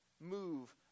move